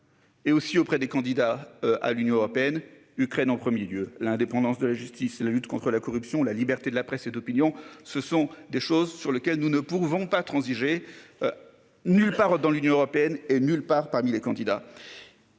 Et aussi auprès des candidats à l'Union européenne Ukraine en 1er lieu l'indépendance de la justice et la lutte contre la corruption, la liberté de la presse cette opinion. Ce sont des choses sur lesquelles nous ne pouvons pas transiger. Nulle part dans l'Union européenne est nulle part parmi les candidats.